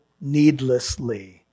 needlessly